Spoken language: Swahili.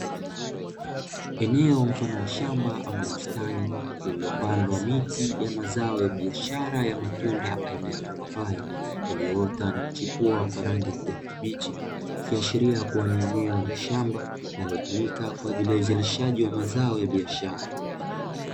Eneo mfano wa shamba ama bustani lililopandwa miti ya mazao ya biashara ya matunda aina ya mapapai, iliyoota na kuchipua kwa rangi ya kijani kibichi, ikiashiria kuwa ni eneo la shamba linalotumika kwaajili ya uzalishaji wa mazao ya biashara.